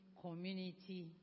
Community